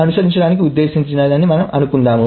అనుసరించడానికి ఉద్దేశించినది ఇదే మొదటిది అనుకుందాం